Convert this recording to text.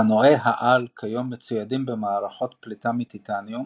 אופנועי העל כיום מצוידים במערכות פליטה מטיטניום,